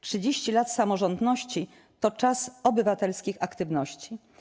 30 lat samorządności to czas obywatelskich aktywności.